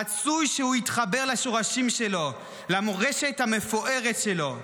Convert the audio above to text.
רצוי שהוא יתחבר לשורשים שלו, למורשת המפוארת שלו.